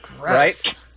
Right